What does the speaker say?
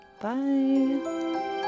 Bye